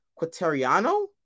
quateriano